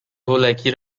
هولکی